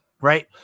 right